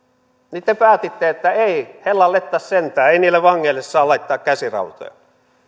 niin te päätitte että ei hellanlettas sentään niille vangeille saa laittaa käsirautoja